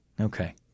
Okay